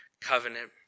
covenant